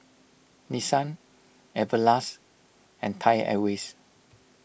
Nissan Everlast and Thai Airways